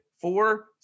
four